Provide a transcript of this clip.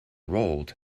rolled